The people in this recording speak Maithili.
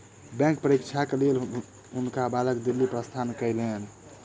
बैंक परीक्षाक लेल हुनका बालक दिल्ली प्रस्थान कयलैन